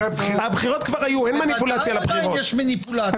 אין מניפולציה לבחירות.